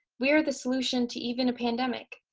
we are the solution to even a pandemic.